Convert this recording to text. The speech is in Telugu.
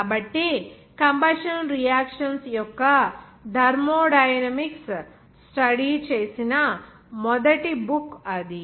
కాబట్టి కంబషన్ రియాక్షన్స్ యొక్క థర్మోడైనమిక్స్ స్టడీ చేసిన మొదటి బుక్ అది